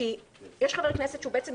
המקרה פה יותר מורכב כי יש חבר כנסת שהוא בסיעת